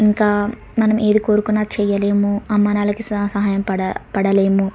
ఇంకా మనం ఏది కోరుకున్న చెయ్యలేము అమ్మానాన్నలకి సహా సహాయం పడా పడలేము